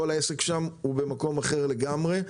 כל העסק שם הוא במקום אחר לגמרי.